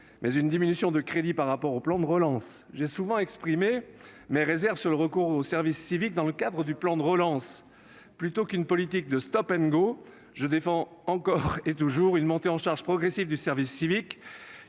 mais une diminution de crédits par rapport au plan de relance. J'ai souvent exprimé mes réserves sur le recours au service civique dans le cadre du plan de relance. Plutôt qu'une politique de stop-and-go, je défends encore et toujours une montée en charge progressive du dispositif,